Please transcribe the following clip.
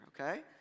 Okay